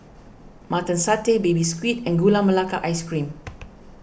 Mutton Satay Baby Squid and Gula Melaka Ice Cream